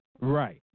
Right